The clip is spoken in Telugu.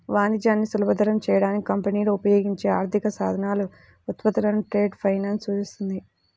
వాణిజ్యాన్ని సులభతరం చేయడానికి కంపెనీలు ఉపయోగించే ఆర్థిక సాధనాలు, ఉత్పత్తులను ట్రేడ్ ఫైనాన్స్ సూచిస్తుంది